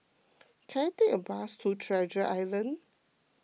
can I take a bus to Treasure Island